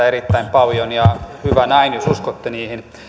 erittäin paljon ja hyvä näin jos uskotte niihin